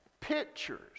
pictures